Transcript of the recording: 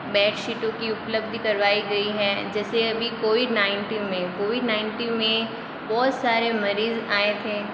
बेडशीटों की उपलब्धि करवाई गई हैं जैसे अभी कोविड नाइंटीन में कोविड नाइंटी में बहुत सारे मरीज आए थे